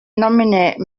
nominate